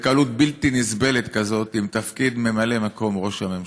בקלות בלתי נסבלת כזאת עם תפקיד ממלא מקום ראש הממשלה.